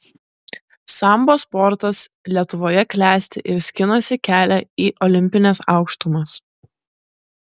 sambo sportas lietuvoje klesti ir skinasi kelią į olimpines aukštumas